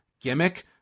gimmick